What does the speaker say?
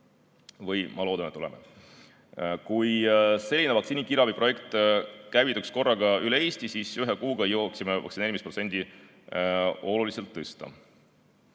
vähemalt loodan, et oleme. Kui selline vaktsiini kiirabi käivituks korraga üle Eesti, siis ühe kuuga jõuaksime vaktsineerimisprotsenti oluliselt tõsta.